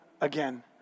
again